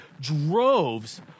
droves